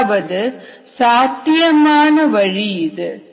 அதற்கு சாத்தியமான வழி இது